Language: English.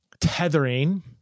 tethering